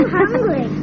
hungry